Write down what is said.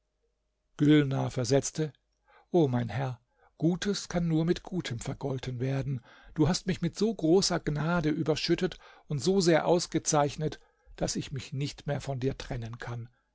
gülnar versetzte o mein herr gutes kann nur mit gutem vergolten werden du hast mich mit so großer gnade überschüttet und so sehr ausgezeichnet daß ich mich nicht mehr von dir trennen kann